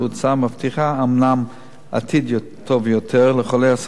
מבטיחה אומנם עתיד טוב יותר לחולי הסרטן,